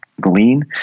glean